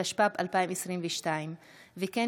התשפ"ב 2022. כמו כן,